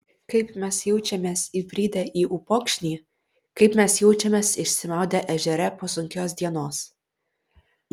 kaip mes jaučiamės įbridę į upokšnį kaip mes jaučiamės išsimaudę ežere po sunkios dienos